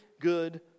good